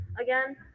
again